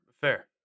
Fair